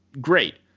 great